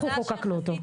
אנחנו חוקקנו אותו.